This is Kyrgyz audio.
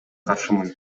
каршымын